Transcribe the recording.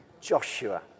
Joshua